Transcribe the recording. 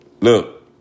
Look